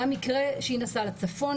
היה מקרה שהיא נסעה לצפון,